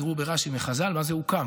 תראו ברש"י וחז"ל: מה זה "הוקם"?